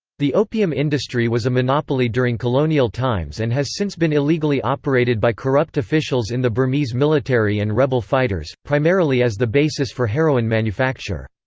the opium industry was a monopoly during colonial times and has since been illegally operated by corrupt officials in the burmese military and rebel fighters, primarily as the basis for heroin manufacture.